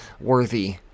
worthy